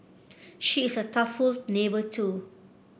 she is a thoughtful neighbour too